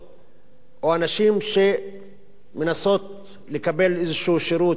או הנשים שמנסות לקבל איזה שירות רפואי,